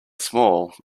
small